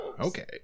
Okay